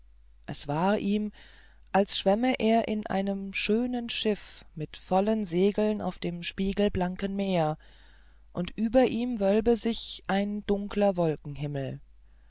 es war ihm als schwämme er in einem schönen schiff mit vollen segeln auf dem spiegelblanken meer und über ihm wölbe sich ein dunkler wolkenhimmel